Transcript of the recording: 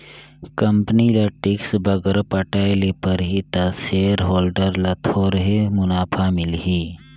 company ल tax बगरा पटाए ले परही ता सेयर होल्डर ल थोरहें मुनाफा मिलही